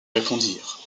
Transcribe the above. répondirent